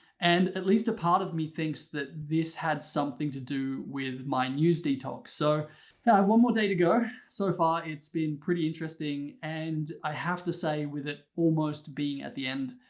and at least a part of me thinks that this had something to do with my news detox. so, i have one more day to go. so far, it's been pretty interesting, and i have to say with it almost being at the end,